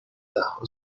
دهها